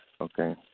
Okay